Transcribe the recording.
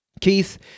Keith